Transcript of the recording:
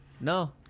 No